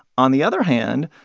on the other hand,